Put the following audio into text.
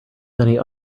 many